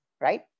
right